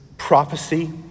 Prophecy